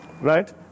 right